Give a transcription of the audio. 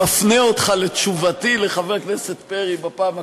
אני מפנה אותך לתשובתי לחבר הכנסת פרי בפעם הקודמת.